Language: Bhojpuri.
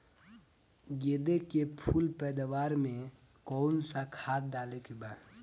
गेदे के फूल पैदवार मे काउन् सा खाद डाले के बा?